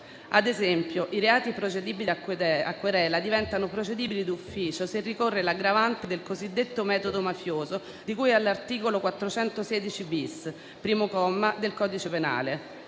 Ad esempio, i reati procedibili a querela diventano procedibili d'ufficio se ricorre l'aggravante del cosiddetto metodo mafioso, di cui all'articolo 416-*bis*, primo comma, del codice penale,